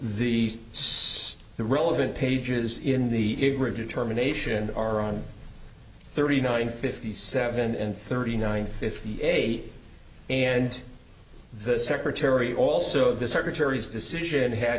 the the relevant pages in the determination are on thirty nine fifty seven and thirty nine fifty eight and the secretary also the secretary's decision had